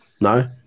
No